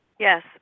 Yes